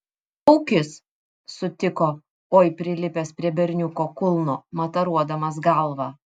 aukis sutiko oi prilipęs prie berniuko kulno mataruodamas galva